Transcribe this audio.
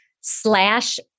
slash